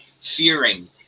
fearing